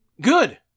Good